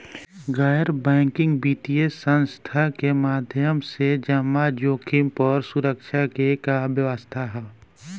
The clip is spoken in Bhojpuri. गैर बैंकिंग वित्तीय संस्था के माध्यम से जमा जोखिम पर सुरक्षा के का व्यवस्था ह?